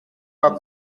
pas